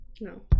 no